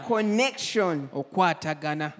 Connection